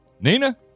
Nina